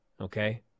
Okay